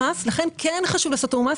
לכן כן חשוב לעשות תיאום מס.